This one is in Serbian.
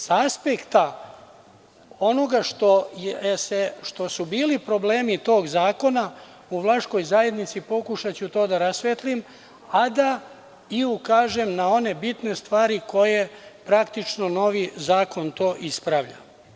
Sa aspekta onoga što su bili problemi tog zakona u vlaškoj zajednici, pokušaću to da rasvetlim, a i da ukažem na one bitne stvari koje, praktično, novi zakon to ispravlja.